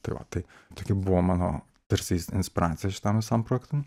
tai va tai tokie buvo mano tarsi inspiracija šitam visam projektui